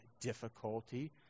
difficulty